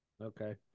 Okay